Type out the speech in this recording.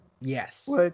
yes